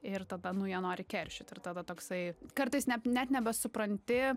ir tada nu jie nori keršyt ir tada toksai kartais net nebesupranti